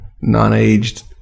non-aged